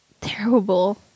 terrible